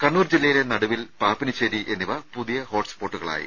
കണ്ണൂർ ജില്ലയിലെ നടുവിൽ പാപ്പിനിശ്ശേരി എന്നിവ പുതിയ ഹോട്ട്സ്പോട്ടുകളായി